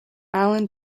alan